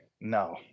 no